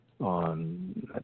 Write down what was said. on